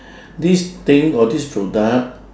this thing or this product